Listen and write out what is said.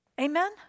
Amen